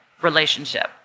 relationship